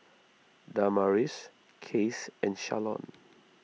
Damaris Case and Shalon